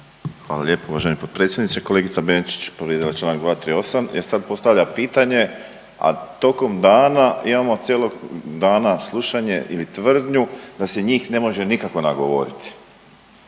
Hvala lijepo uvaženi potpredsjedniče. Kolegica Benčić povrijedila je čl. 238. jer sad postavlja pitanje, a tokom dana imamo cijelog dana slušanje ili tvrdnju da se njih ne može nikako nagovoriti,